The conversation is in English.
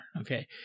okay